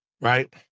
right